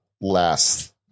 last